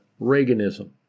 Reaganism